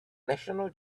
national